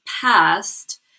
past